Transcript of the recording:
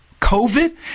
COVID